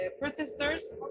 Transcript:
protesters